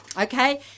Okay